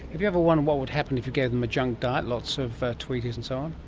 have you ever wondered what would happen if you gave them a junk diet, lots of tweeties and so on?